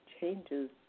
changes